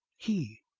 he!